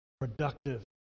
productive